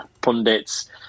Pundits